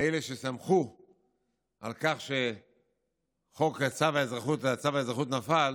מאלה ששמחו על כך שחוק הכניסה והאזרחות נפל,